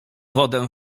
wodę